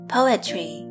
Poetry